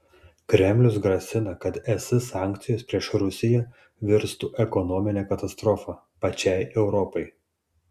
kremlius grasina kad es sankcijos prieš rusiją virstų ekonomine katastrofa pačiai europai